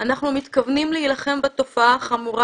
אנחנו מתכוונים להילחם בתופעה החמורה